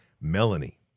Melanie